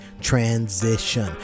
transition